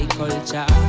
culture